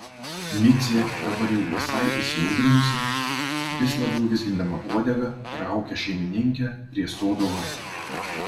micė dabar jau visai įsiaudrinusi vis labiau vizgindama uodegą traukia šeimininkę prie sodo vartų